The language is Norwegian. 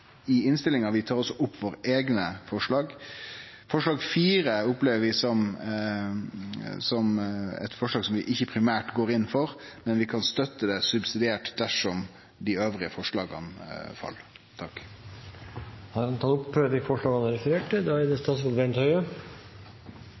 i innstillinga. Eg tek opp våre eigne forslag. Forslag nr. 4 er eit forslag som vi ikkje primært går inn for, men vi kan støtte det subsidiært dersom dei andre forslaga fell. Representanten Torgeir Knag Fylkesnes har tatt opp de forslagene han refererte til. Vi har en trygg fødselsomsorg i Norge. Barne- og mødredødeligheten er